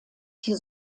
die